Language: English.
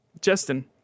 justin